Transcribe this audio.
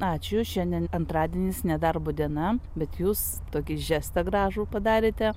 ačiū šiandien antradienis nedarbo diena bet jūs tokį žestą gražų padarėte